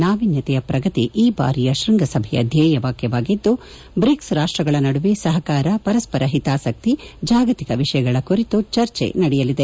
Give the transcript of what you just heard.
ನಾವಿನ್ಲತೆಯ ಪ್ರಗತಿ ಈ ಬಾರಿಯ ಶ್ವಂಗಸಭೆಯ ಧ್ಲೆಯವಾಕ್ಲವಾಗಿದ್ದು ಬ್ರಿಕ್ಸ್ ರಾಷ್ಲಗಳ ನಡುವೆ ಸಹಕಾರ ಪರಸ್ವರ ಹಿತಾಸಕ್ತಿ ಜಾಗತಿಕ ವಿಷಯಗಳ ಕುರಿತು ಚರ್ಚೆ ನಡೆಯಲಿದೆ